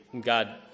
God